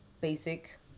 Basic